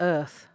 Earth